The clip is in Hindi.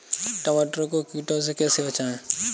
टमाटर को कीड़ों से कैसे बचाएँ?